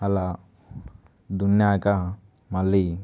అలా దున్నాక మళ్ళీ